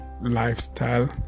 lifestyle